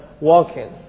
walking